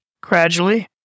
gradually